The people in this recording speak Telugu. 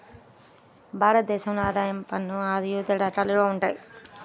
భారత దేశంలో ఆదాయ పన్ను అయిదు రకాలుగా వుంటది